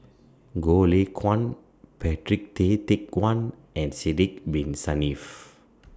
Goh Lay Kuan Patrick Tay Teck Guan and Sidek Bin Saniff